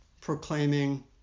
proclaiming